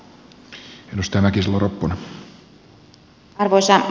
arvoisa puhemies